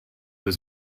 was